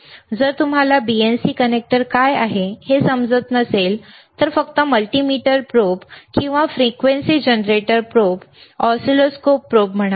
जर तुम्हाला BNC connector काय आहे हे समजत नसेल तर फक्त मल्टीमीटर प्रोब किंवा frequency generator probe oscilloscope probe म्हणा